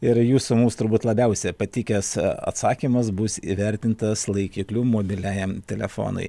ir jūsų mums turbūt labiausia patikęs atsakymas bus įvertintas laikikliu mobiliajam telefonui